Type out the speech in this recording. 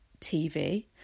tv